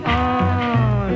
on